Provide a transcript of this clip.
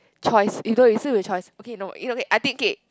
choice you know you still have a choice okay no it's okay I think K